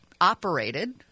operated –